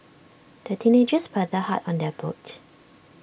the teenagers paddled hard on their boat